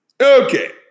Okay